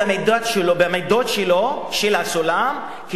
במידות של הסולם,